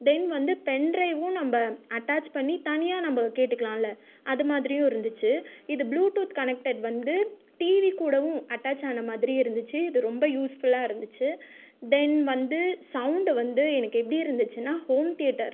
தென் வந்து பென்ட்ரைவ்வும் நம்ம அட்டாச் பண்ணி தனியாக நம்ம கேட்டுக்கலாம் அது மாதிரியும் இருந்துச்சு இது ப்ளூட்டூத் கனெக்ட்டர்டு வந்து டீவிக்கூடவும் அட்டாச்சு ஆகின மாதிரி இருந்துச்சு இது ரொம்ப யூஸ் ஃபுல்லா இருந்துச்சு தென் வந்து சவுண்ட் வந்து எனக்கு எப்படி இருந்துச்சுனா ஹோம் தியேட்டர்